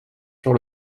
sur